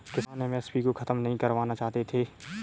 किसान एम.एस.पी को खत्म नहीं करवाना चाहते थे